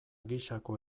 gisako